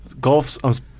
Golf's